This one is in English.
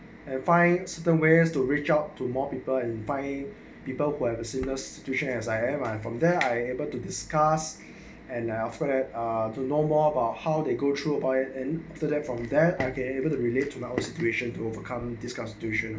and finds the ways to reach out to more people in by people who have a same situation as I am and from there I able to discuss and now for it to know more about how they go through by it and from there I gave that relate to my situation to overcome this situation